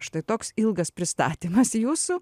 štai toks ilgas pristatymas jūsų